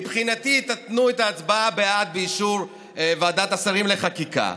מבחינתי תתנו את ההצבעה בעד באישור ועדת השרים לחקיקה,